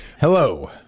Hello